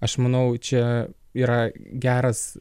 aš manau čia yra geras